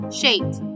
Shaped